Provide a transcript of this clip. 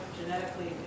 genetically